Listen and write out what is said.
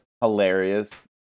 hilarious